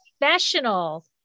professional